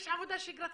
יש עבודה שגרתית,